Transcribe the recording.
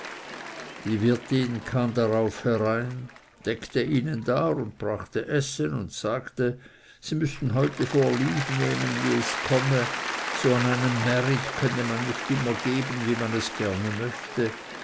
die wirtin kam darauf herein deckte ihnen dar und brachte essen und sagte sie müßten heute vorlieb nehmen wie es komme so an einem märit könne man es nicht immer geben wie man es gerne möchte